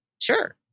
sure